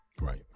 Right